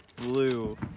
blue